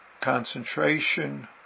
concentration